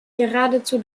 geradezu